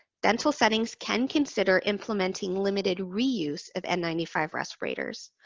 dental settings can consider implementing limited reuse of n nine five respirators,